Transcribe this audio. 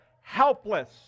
helpless